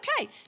okay